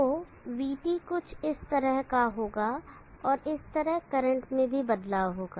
तो vT कुछ इस तरह का होगा और इसी तरह करंट में भी बदलाव होगा